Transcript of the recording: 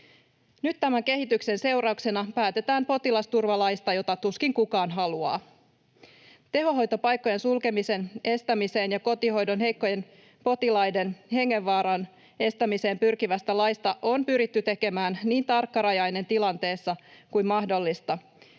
Nyt tämän kehityksen seurauksena päätetään potilasturvalaista, jota tuskin kukaan haluaa. Tehohoitopaikkojen sulkemisen estämiseen ja kotihoidon heikkojen potilaiden hengenvaaran estämiseen pyrkivästä laista on pyritty tekemään niin tarkkarajainen kuin mahdollista